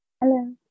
Hello